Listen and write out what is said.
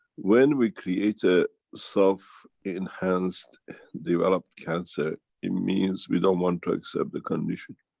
when we create a self enhanced developed cancer, it means we don't want to accept the condition.